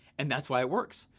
and that's why it works.